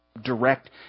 direct